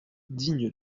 digne